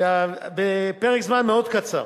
שבפרק זמן מאוד קצר